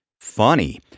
funny